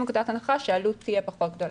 מנקודת הנחה שהעלות תהיה פחות גדולה.